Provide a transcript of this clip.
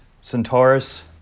Centaurus